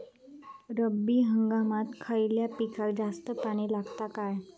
रब्बी हंगामात खयल्या पिकाक जास्त पाणी लागता काय?